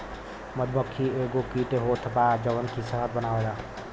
मधुमक्खी एगो कीट होत बा जवन की शहद बनावेले